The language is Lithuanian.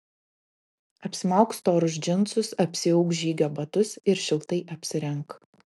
apsimauk storus džinsus apsiauk žygio batus ir šiltai apsirenk